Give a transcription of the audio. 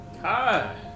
Hi